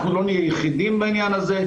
אנחנו לא נהיה היחידים בעניין הזה,